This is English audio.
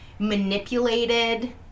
manipulated